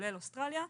כולל אוסטרליה,